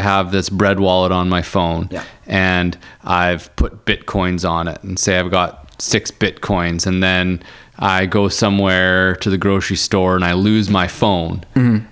i have this broad wallet on my phone and i've put bitcoins on it and say i've got six bitcoins and then i go somewhere to the grocery store and i lose my phone